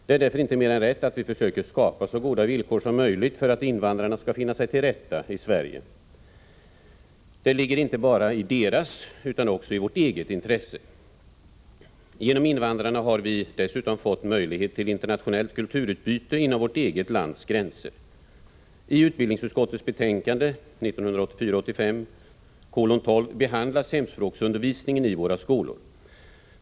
Det är därför inte mer än rätt att vi försöker skapa så goda villkor som möjligt för att invandrarna skall finna sig till rätta i Sverige. Det ligger inte bara i deras utan också i vårt eget intresse. Genom invandrarna har vi dessutom fått möjlighet till internationellt kulturutbyte inom vårt eget lands gränser. I utbildningsutskottets betänkande 1984/85:12 behandlas hemspråksundervisningen i våra skolor.